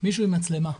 מישהו עם מצלמה.